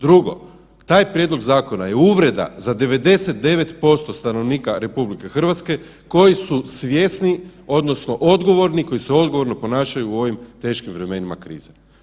Drugo, taj prijedlog zakona je uvreda za 99% stanovnika RH koji su svjesni odnosno odgovorni, koji se odgovorno ponašaju u ovim teškim vremenima krize.